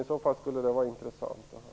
I så fall skulle den vara intressant att höra.